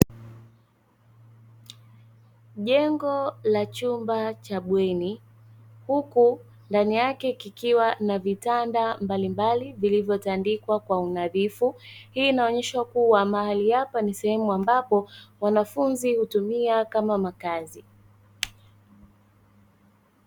Jengo la chumba cha bweni huku ndani yake kikiwa na vitanda mbalimbali vilivyotandikwa kwa unadhifu. Hii inaonesha kuwa mahali hapa ni sehemu ambapo wanafunzi hutumia kama makazi.